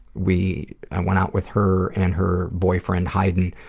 we i went out with her and her boyfriend haydn